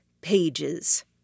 pages